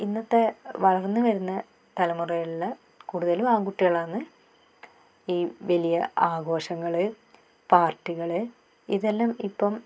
ഇന്നത്തെ വളർന്നു വരുന്ന തലമുറകളിൽ കൂടുതലും ആൺകുട്ടികളാന്ന് ഈ വലിയ ആഘോഷങ്ങൾ പാർട്ടികൾ ഇതെല്ലാം ഇപ്പം